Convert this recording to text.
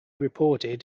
reported